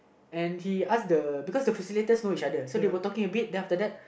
and he ask the because the facilitators know each other so they were talking a bit then after that